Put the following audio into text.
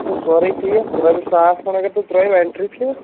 چھُ سورُے فیٖس رۄپیٚہِ ساس کھنٛڈ اَگر تُہۍ ترٲوِو ایٚنٛٹری فیٖس